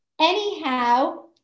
Anyhow